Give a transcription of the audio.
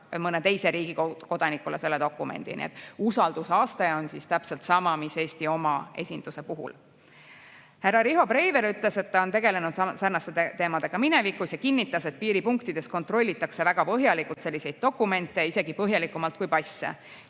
mõne teise riigi kodanikule selle dokumendi, nii et usaldusaste on täpselt sama mis Eesti oma esinduse puhul. Härra Riho Breivel ütles, et ta on minevikus tegelenud sarnaste teemadega, ja kinnitas, et piiripunktides kontrollitakse väga põhjalikult selliseid dokumente, isegi põhjalikumalt kui passe.